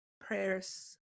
prayers